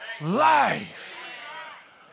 life